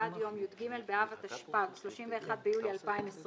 ועד יום י"ג באב התשפ"ג (31 ביולי 2023),